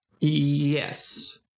yes